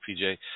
PJ